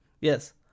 Yes